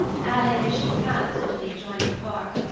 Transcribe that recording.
adding, as she passed into the adjoining park,